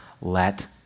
let